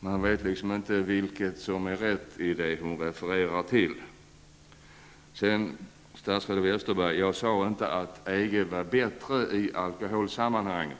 Man vet inte vad som är riktigt. Sedan till statsrådet Bengt Westerberg. Jag sade inte att EG var bättre i alkoholsammanhang.